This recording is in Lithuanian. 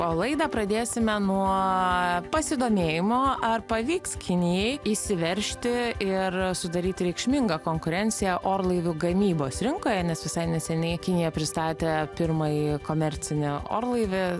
o laidą pradėsime nuo pasidomėjimo ar pavyks kinijai įsiveržti ir sudaryti reikšmingą konkurenciją orlaivių gamybos rinkoje nes visai neseniai kinija pristatė pirmąjį komercinį orlaivį